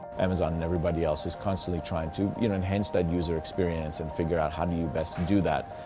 amazon and everybody else is constantly trying to you know enhance that user experience and figure out how do you best and do that?